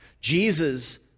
Jesus